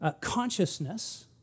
consciousness